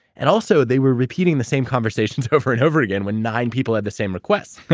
and also, they were repeating the same conversations over and over again, when nine people had the same request.